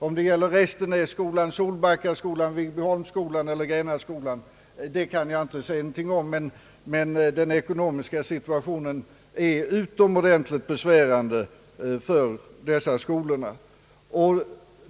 Om det gäller Restenässkolan, Solbackaskolan, Viggbyholmsskolan eller Grännaskolan kan jag inte säga, men den ekonomiska situationen är utomordentligt besvärande för dessa skolor.